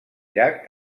llac